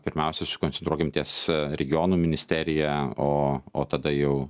pirmiausia susikoncentruokim ties regionų ministerija o o tada jau